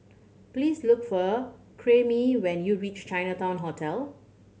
please look for Karyme when you reach Chinatown Hotel